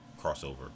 crossover